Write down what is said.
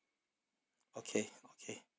okay okay